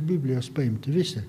biblijos paimti visi